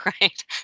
right